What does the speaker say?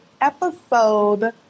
episode